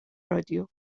رادیو